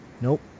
nope